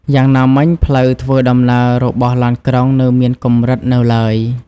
យ៉ាងណាមិញ ផ្លូវធ្វើដំណើររបស់ឡានក្រុងនៅមានកម្រិតនៅឡើយ។